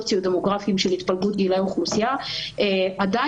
שאנחנו רואים של ירידה במועילות ופריצות הגנה חיסונית שאנחנו רואים